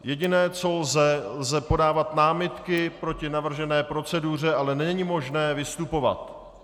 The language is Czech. Jediné, co lze, lze podávat námitky proti navržené proceduře, ale není možné vystupovat.